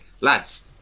lads